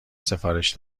سفارش